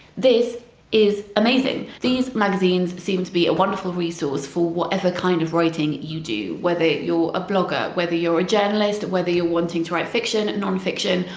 this is amazing, these magazines seem to be a wonderful resource for whatever kind of writing you do, whether you're a blogger, whether you're a journalist, whether you're wanting to write fiction, and nonfiction,